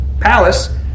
palace